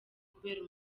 kubera